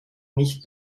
nicht